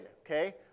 okay